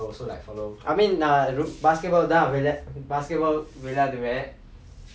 I mean நா ரொம்:naa rom basketball தா வெளா:thaa velaa basketball வெளாடுவே:velaaduvae